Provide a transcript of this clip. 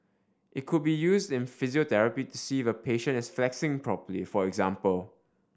it could be used in physiotherapy to see if a patient is flexing properly for example